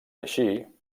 així